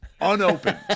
unopened